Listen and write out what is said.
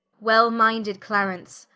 well-minded clarence,